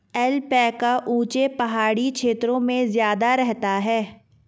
alpaca ऊँचे पहाड़ी क्षेत्रों में ज्यादा रहता है